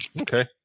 Okay